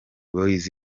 boyz